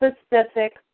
specific